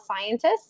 scientists